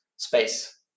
space